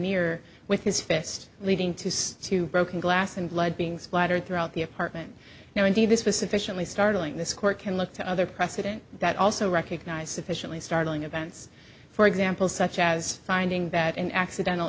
mirror with his fist leading to some two broken glass and blood being splattered throughout the apartment no indeed this was sufficiently startling this court can look to other precedent that also recognize sufficiently startling events for example such as finding that an accidental